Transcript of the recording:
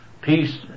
peace